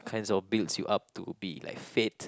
kinds of builds you up to be like fit